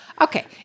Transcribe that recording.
Okay